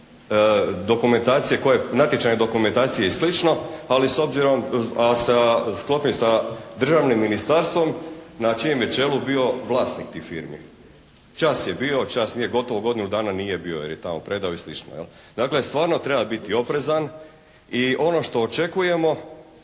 dokumentacije, natječajne dokumentacije i sl. ali s obzirom, sklopljenim sa državnim ministarstvom na čijem je čelu bio vlasnik tih firmi. Čas je bio, čas nije bio, gotovo godinu dana nije bio jer je tamo predao i sl. Dakle stvarno treba biti oprezan. I ono što očekujemo,